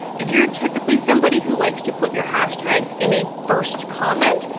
if you're typically somebody who likes to put your hashtags in a first comment,